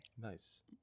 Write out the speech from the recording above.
Nice